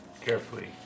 carefully